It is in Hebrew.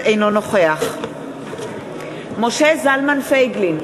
אינו נוכח משה זלמן פייגלין,